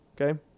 okay